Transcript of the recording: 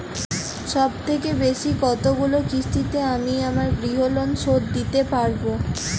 সবথেকে বেশী কতগুলো কিস্তিতে আমি আমার গৃহলোন শোধ দিতে পারব?